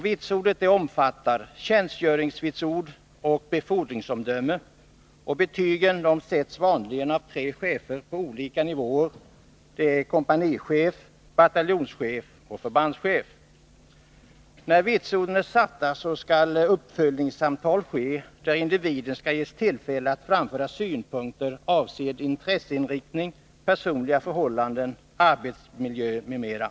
Vitsordet omfattar tjänstgöringsvitsord och befordringsomdöme. Betygen sätts vanligen av tre chefer på olika nivåer: kompanichef, bataljonschef och förbandschef. När vitsorden är satta skall uppföljningssamtal ske, varvid individen skall ges tillfälle att framföra synpunkter avseende intresseinriktning, personliga förhållanden, arbetsmiljö m.m.